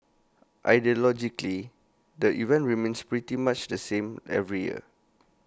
ideologically the event remains pretty much the same every year